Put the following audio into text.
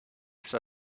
saw